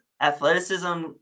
athleticism